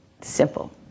simple